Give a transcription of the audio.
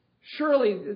Surely